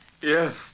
Yes